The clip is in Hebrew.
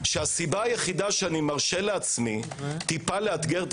שהסיבה היחידה שאני מרשה לעצמי טיפה לאתגר את